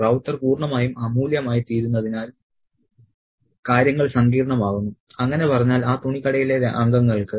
റൌത്തർ പൂർണമായും അമൂല്യമായിത്തീരുന്നതിനാൽ കാര്യങ്ങൾ സങ്കീർണമാകുന്നു അങ്ങനെ പറഞ്ഞാൽ ആ തുണിക്കടയിലെ അംഗങ്ങൾക്ക്